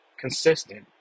consistent